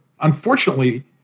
unfortunately